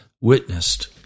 witnessed